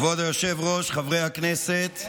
כבוד היושב-ראש, חברי הכנסת,